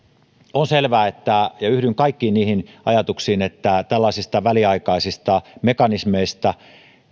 on selvää ja yhdyn kaikkiin niihin ajatuksiin että tällaisista väliaikaista mekanismeista